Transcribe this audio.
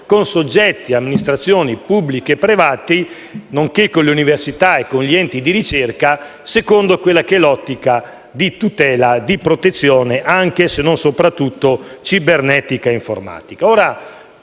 con soggetti e amministratori pubblici e privati, nonché con l'università e con gli enti di ricerca secondo l'ottica di tutela e di protezione anche, se non soprattutto, cibernetica e informatica.